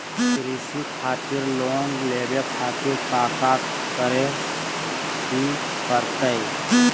कृषि खातिर लोन लेवे खातिर काका करे की परतई?